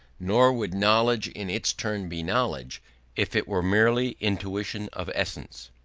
nor would knowledge in its turn be knowledge if it were merely intuition of essence,